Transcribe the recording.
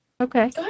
Okay